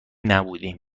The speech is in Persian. نبودیم